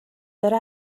داره